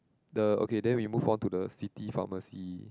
the okay then we move on to the city pharmacy